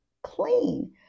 clean